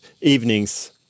evenings